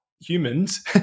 Humans